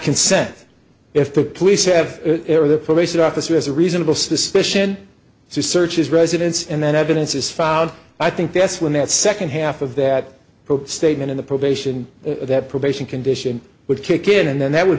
consent if the police have probation officer has a reasonable suspicion to search his residence and then evidence is found i think that's when that second half of that statement in the probation that probation condition would kick in and then that would